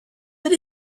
but